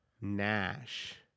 Nash